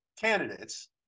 candidates